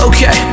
Okay